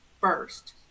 first